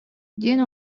диэн